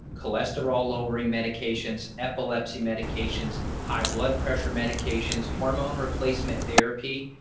cholesterol lowering medications epilepsy medications, high blood pressure medications, hormone replacement therapy,